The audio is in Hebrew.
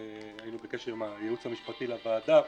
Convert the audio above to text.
היינו בקשר עם הייעוץ המשפטי לוועדה.